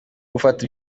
gufata